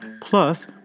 Plus